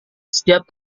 setiap